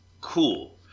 cool